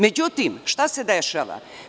Međutim, šta se dešava?